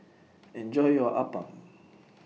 Enjoy your Appam